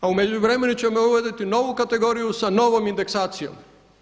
A u međuvremenu ćemo uvoditi novu kategoriju sa novom indeksacijom.